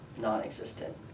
non-existent